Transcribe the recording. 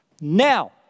Now